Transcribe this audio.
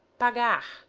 pagar,